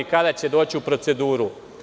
Kada će doći u proceduru?